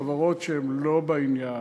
חברות שהן לא בעניין.